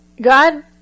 God